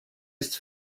ist